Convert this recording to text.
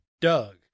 Doug